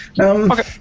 Okay